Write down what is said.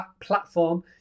platform